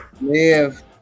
Live